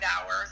hours